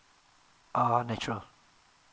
err natural